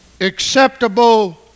acceptable